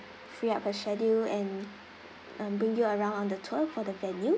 free up her schedule and um bring you around on the tour for the venue